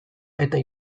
eta